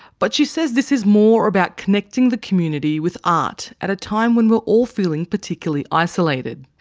but she says this is more about connecting the community with art at a time when we're all feeling particularly isolated.